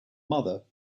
mother